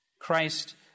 Christ